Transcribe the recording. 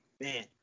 Man